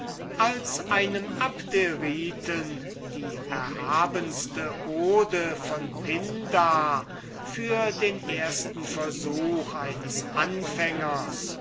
als einem abderiten die erhabenste ode von pindar für den ersten versuch eines anfängers